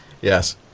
Yes